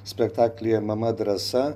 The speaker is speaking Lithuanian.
spektaklyje mama drąsa